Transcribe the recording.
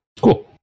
cool